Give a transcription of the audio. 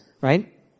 right